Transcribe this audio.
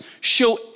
show